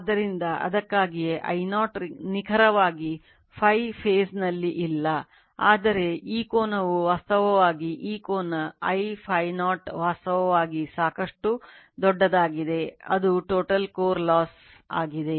ಆದ್ದರಿಂದ ಈ component ಆಗಿದೆ